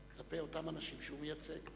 כלפי אותם אנשים שהוא מייצג.